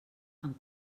amb